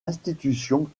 institution